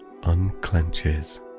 unclenches